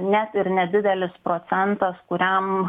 net ir nedidelis procentas kuriam